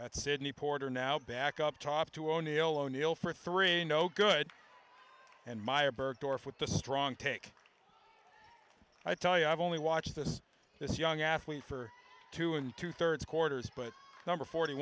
that's sidney porter now back up top to o'neill o'neill for three no good and meyer bergdorf with the strong take i tell you i've only watched this this young athlete for two and two third's quarters but number forty